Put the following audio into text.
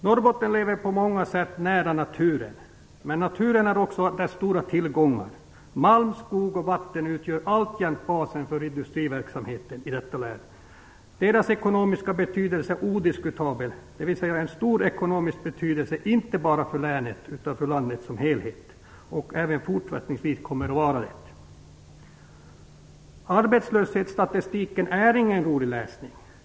Norrbottningen lever på många sätt nära naturen, men naturen är också en av Norrbottens stora tillgångar. Malm, skog och vatten utgör alltjämt basen för industriverksamheten i detta län. Den ekonomiska betydelsen av dessa naturtillgångar är odiskutabel. De är av stor ekonomisk betydelse inte bara för länet utan även för landet som helhet och kommer att vara det även fortsättningsvis. Arbetslöshetsstatistiken är ingen rolig läsning.